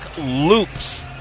loops